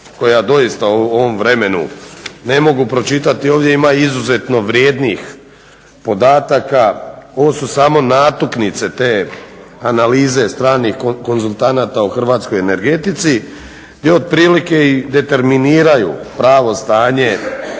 ja doista u ovom vremenu ne mogu pročitati i ovdje ima izuzetno vrijednih podataka. Ovo su samo natuknice te analize stranih konzultanata o hrvatskoj energetici i otprilike determiniraju pravo stanje